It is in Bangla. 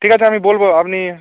ঠিক আছে আমি বলবো আপনি